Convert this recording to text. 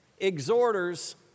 Exhorters